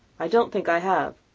i don't think i have,